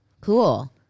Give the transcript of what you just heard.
Cool